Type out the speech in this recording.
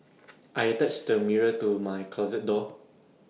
I attached the mirror to my closet door